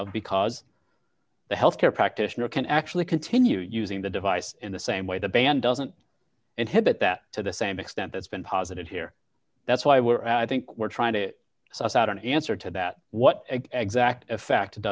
out because the health care practitioner can actually continue using the device in the same way the ban doesn't inhibit that to the same extent that's been posited here that's why we're at think we're trying to suss out an answer to that what exact effect